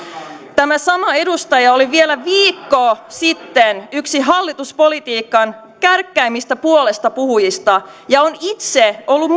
tämä sama edustaja oli vielä viikko sitten yksi hallituspolitiikan kärkkäimmistä puolestapuhujista ja on itse ollut